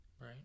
Right